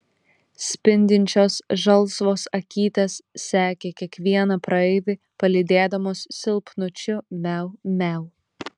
spindinčios žalsvos akytės sekė kiekvieną praeivį palydėdamos silpnučiu miau miau